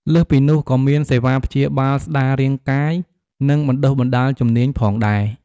លើសពីនោះក៏មានសេវាព្យាបាលស្ដាររាងកាយ និង បណ្តុះបណ្ដាលជំនាញផងដែរ។